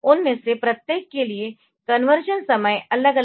उनमें से प्रत्येक के लिए कन्वर्शन समय अलग अलग होगा